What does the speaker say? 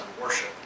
worship